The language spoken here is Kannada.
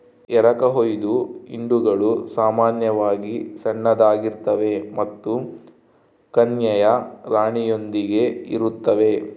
ಎರಕಹೊಯ್ದ ಹಿಂಡುಗಳು ಸಾಮಾನ್ಯವಾಗಿ ಸಣ್ಣದಾಗಿರ್ತವೆ ಮತ್ತು ಕನ್ಯೆಯ ರಾಣಿಯೊಂದಿಗೆ ಇರುತ್ತವೆ